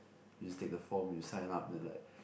you just take the form you sign up then like